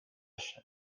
fish